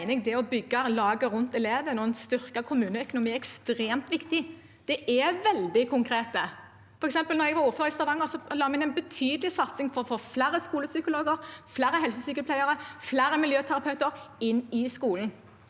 det å bygge laget rundt eleven og en styrket kommuneøkonomi er ekstremt viktig. Det er veldig konkret. For eksempel: Da jeg var ordfører i Stavanger, la vi inn en betydelig satsing for få flere psykologer, flere helsesykepleiere og flere miljøterapeuter inn i skolen.